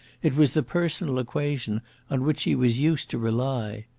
it was the personal equation on which she was used to rely.